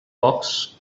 box